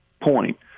point